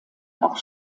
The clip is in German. auch